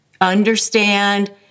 understand